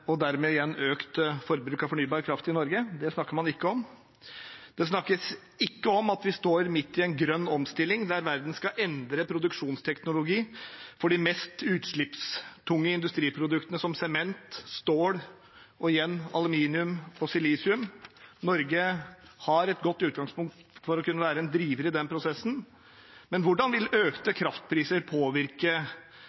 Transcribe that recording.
og dermed igjen økt forbruk av fornybar kraft i Norge – det snakker man ikke om. Det snakkes ikke om at vi står midt i en grønn omstilling der verden skal endre produksjonsteknologi for de mest utslippstunge industriproduktene, som sement, stål – og igjen: aluminium og silisium. Norge har et godt utgangspunkt for å kunne være en driver i den prosessen. Men hvordan vil økte